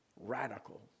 Radical